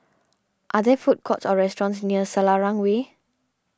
are there food courts or restaurants near Selarang Way